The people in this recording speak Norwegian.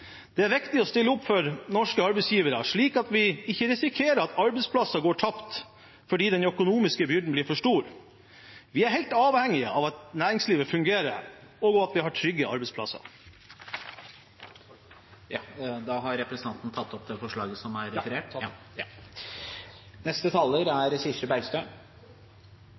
Det er viktig å stille opp for norske arbeidsgivere, slik at vi ikke risikerer at arbeidsplasser går tapt fordi den økonomiske byrden blir for stor. Vi er helt avhengig av at næringslivet fungerer, og av at vi har trygge arbeidsplasser. Jeg tar opp forslaget fra Fremskrittspartiet. Representanten Dagfinn Henrik Olsen har tatt opp det forslaget